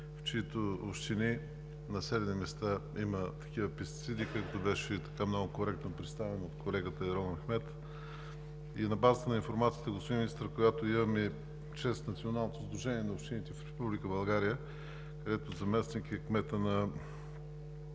в чиито общини, населени места има такива пестициди, както беше много коректно представено от колегата Ерол Мехмед. На базата на информацията, господин Министър, която имаме чрез Националното сдружение на общините в Република България, където заместник е кметът на